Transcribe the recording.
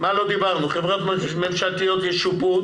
דיברנו על זה שחברות ממשלתיות ישופו.